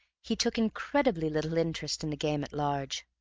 he took incredibly little interest in the game at large.